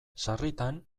sarritan